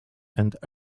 and